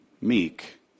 meek